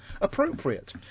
appropriate